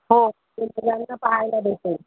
हो दुसऱ्यांदा पाहायला भेटेल